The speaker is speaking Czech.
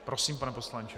Prosím, pane poslanče.